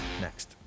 next